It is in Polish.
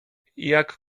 jak